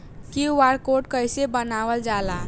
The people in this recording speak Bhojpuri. क्यू.आर कोड कइसे बनवाल जाला?